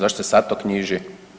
Zašto se sada to knjiži?